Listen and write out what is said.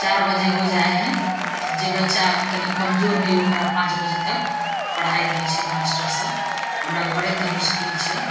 चारि बजे हो जाइ हइ आओर जे बच्चा तनि कमजोर हइ ओकरा पाँच बजे तक पढ़ाइ दै छै मास्टरसभ हमरा घरेतर इसकुल छै